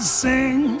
sing